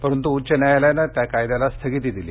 परंतु उच्च न्यायालयाने त्या कायद्याला स्थगिती दिली